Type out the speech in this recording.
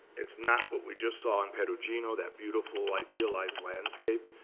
it's not what we just saw in perugino, that beautiful, idealized landscape.